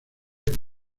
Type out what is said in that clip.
los